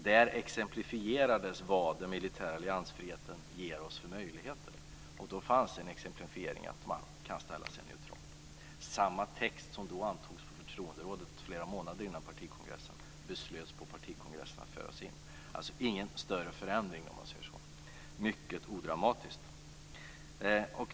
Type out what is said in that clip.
Där exemplifierades vad den militära alliansfriheten ger oss för möjligheter, och då fanns exemplifieringen att vi kan ställa oss neutrala. Samma text som antogs på förtroenderådet flera månader innan partikongressen beslöts av partikongressen att föras in. Det är alltså ingen större förändring, mycket odramatiskt.